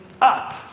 up